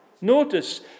Notice